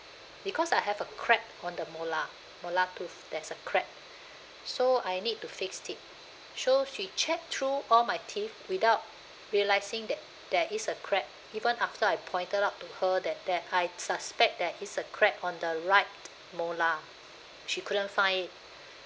because I have a crack on the molar molar tooth there's a crack so I need to fix it so she checked through all my teeth without realising that there is a crack even after I pointed out to her that that I suspect there is a crack on the right molar she couldn't find it